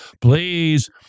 please